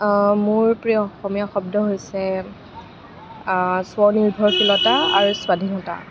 মোৰ প্ৰিয় অসমীয়া শব্দ হৈছে স্বনিৰ্ভৰশীলতা আৰু স্বাধীনতা